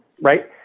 right